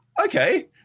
okay